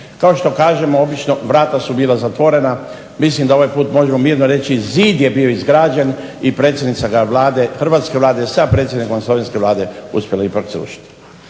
Kao što kažemo obično vrata su bila zatvorena, mislim da ovaj put možemo mirno reći zid je bio izgrađen i predsjednica ga je Vlade, hrvatske Vlade sa predsjednikom slovenske Vlade uspjela ipak srušiti.